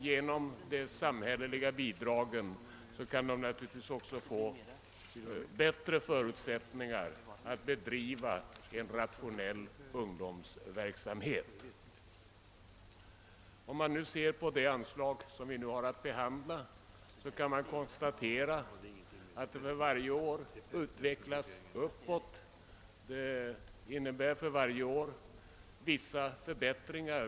Genom de samhälleliga bidragen kan de naturligtvis även få bättre förutsättningar att bedriva en rationell ungdomsverksamhet. Vad beträffar det anslag som vi nu har att behandla kan man konstatera att det för varje år ökar. Detta innebär för varje år vissa förbättringar.